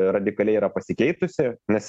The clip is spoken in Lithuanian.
radikaliai yra pasikeitusi nes